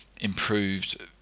improved